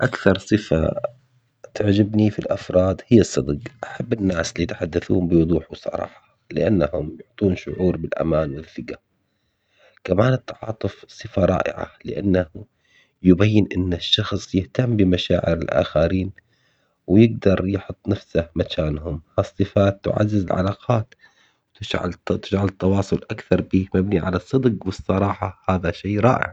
أكثر صفة تعجبني في الأفراد هي الصدق، أحب الناس اللي يتحدثون بوضوح وصراحة لأنهم يعطون شعور بالأمان والثقة، كمان التعاطف صفة رائعة لأنه يبين إنه الشخص يهتم بمشاعر الآخرين ويقدر يحط نفسه مكانهم، الصفات تعزز العلاقات تشع- تجعل التواصل أكثر بيه مبني على الصدق والصراحة هذا شي رائع.